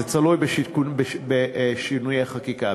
זה תלוי בשינויי חקיקה.